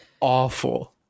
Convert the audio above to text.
awful